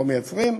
לא מייצרים,